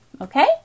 okay